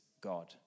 god